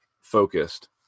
focused